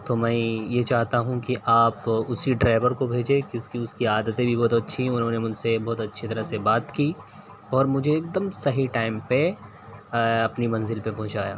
تو میں یہ چاہتا ہوں کہ آپ اسی ڈرائیور کو بھیجیں کیونکہ اس کی عادتیں بھی بہت اچھی ہیں انہوں نے مجھ سے بہت اچھی طرح سے بات کی اور مجھے ایک دم صحیح ٹائم پہ اپنی منزل پہ پہنچایا